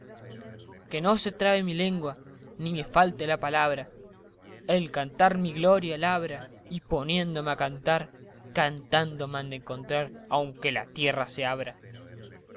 que no se trabe mi lengua ni me falte la palabra el cantar mi gloria labra y poniéndome a cantar cantando me han de encontrar aunque la tierra se abra